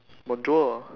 bonjour